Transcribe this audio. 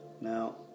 Now